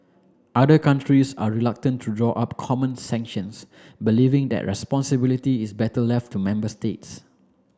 other countries are reluctant to draw up common sanctions believing that responsibility is better left to member states